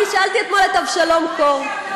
אני שאלתי אתמול את אבשלום קור,